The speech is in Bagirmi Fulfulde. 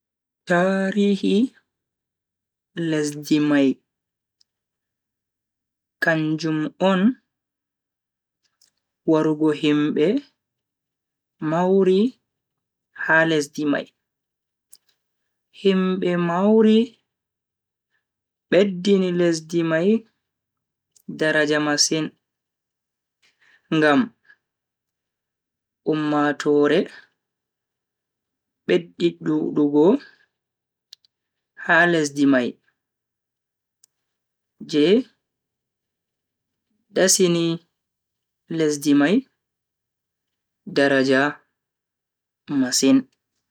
Tarihi lesdi mai kanjum on warugo himbe maori ha lesdi mai. himbe maori beddini lesdi mai daraja masin. ngam ummatoore beddi dudugo ha lesdi mai je dasini lesdi mai daraja masin.